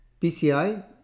PCI